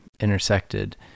intersected